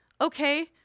okay